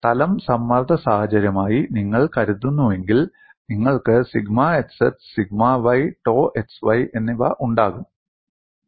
തലം സമ്മർദ്ദ സാഹചര്യമായി നിങ്ങൾ കരുതുന്നുവെങ്കിൽ നിങ്ങൾക്ക് സിഗ്മ xx സിഗ്മ y ടോ xy എന്നിവ ഉണ്ടാകും